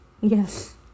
Yes